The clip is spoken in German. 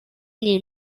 die